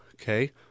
okay